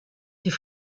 die